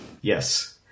Yes